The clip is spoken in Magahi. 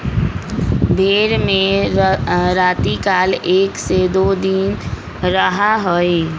भेंड़ में रतिकाल एक से दो दिन रहा हई